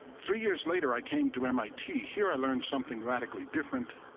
three years later, i came to mit. here i learned something radically different.